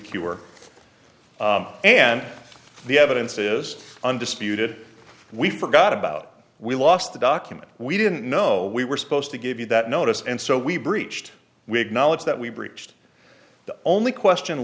cure and the evidence is undisputed we forgot about we lost the document we didn't know we were supposed to give you that notice and so we breached we acknowledge that we breached the only question